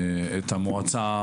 את המועצה